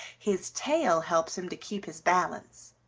his tail helps him to keep his balance.